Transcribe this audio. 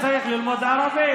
אתה היית צריך ללמוד ערבית.